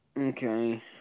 Okay